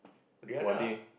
Rihanna